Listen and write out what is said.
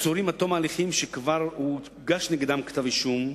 עצורים עד תום ההליכים שכבר הוגש נגדם כתב-אישום,